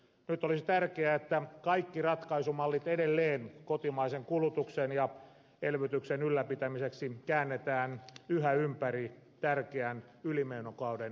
nyt olisi tärkeää että kaikki ratkaisumallit edelleen kotimaisen kulutuksen ja elvytyksen ylläpitämiseksi käännetään yhä ympäri tärkeän ylimenokauden ajan